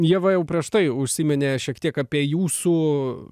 ieva jau prieš tai užsiminė šiek tiek apie jūsų